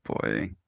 boy